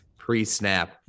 pre-snap